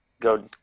go